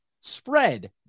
Spread